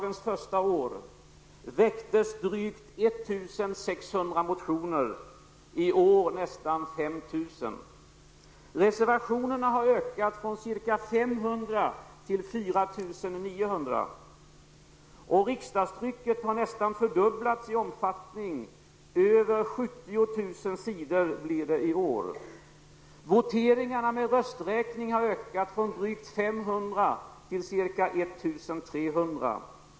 1971 -- Reservationerna har ökat från ca 500 till 4 900. Och riksdagstrycket har nästan fördubblats i omfattning, över 70 000 s. blir det i år. 500 till ca 1 300.